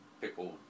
pickled